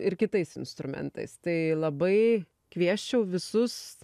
ir kitais instrumentais tai labai kviesčiau visus